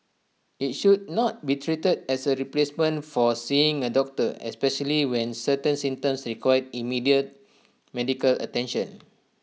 IT should not be treated as A replacement for seeing A doctor especially when certain symptoms require immediate medical attention